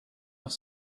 off